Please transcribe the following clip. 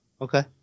Okay